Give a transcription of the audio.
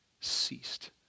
ceased